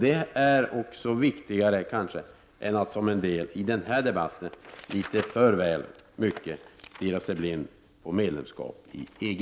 Det är kanske viktigare än att, som en del gör i den här debatten, litet väl mycket stirra sig blind på medlemskap i EG.